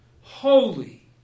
holy